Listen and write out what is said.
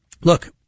look